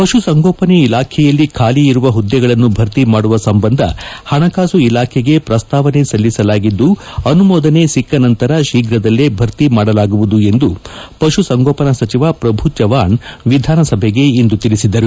ಪಶುಸಂಗೋಪನೆ ಇಲಾಖೆಯಲ್ಲಿ ಖಾಲಿ ಇರುವ ಹುದ್ದೆಗಳನ್ನು ಭರ್ತಿ ಮಾಡುವ ಸಂಬಂಧ ಹಣಕಾಸು ಇಲಾಖೆಗೆ ಪ್ರಸ್ತಾವನೆ ಸಲ್ಲಿಸಲಾಗಿದ್ದು ಅನುಮೋದನೆ ಸಿಕ್ಕ ನಂತರ ಶೀಫ್ರದಲ್ಲೇ ಭರ್ತಿ ಮಾಡಲಾಗುವುದು ಎಂದು ಪಶುಸಂಗೋಪನಾ ಸಚಿವ ಪ್ರಭು ಚವಾಣ್ ವಿಧಾನಸಭೆಗೆ ಇಂದು ತಿಳಿಸಿದರು